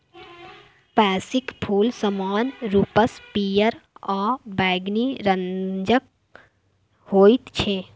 पैंसीक फूल समान्य रूपसँ पियर आ बैंगनी रंगक होइत छै